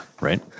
right